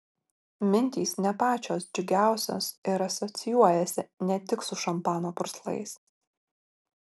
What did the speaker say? mintys ne pačios džiugiausios ir asocijuojasi ne tik su šampano purslais